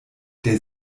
der